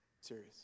serious